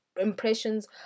impressions